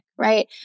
right